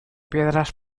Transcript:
piedras